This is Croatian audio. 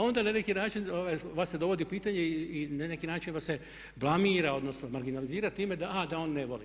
Onda na neki način vas se dovodi u pitanje i na neki način vas se blamira odnosno marginalizira time a da on ne voli.